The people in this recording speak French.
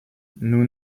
nous